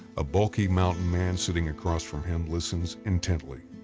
a bulky mountain man sitting across from him listens intently.